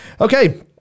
Okay